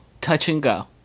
touch-and-go